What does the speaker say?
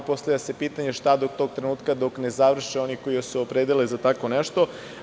Postavlja se pitanje šta do tog trenutka dok ne završe oni koji se opredele za tako nešto?